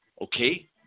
Okay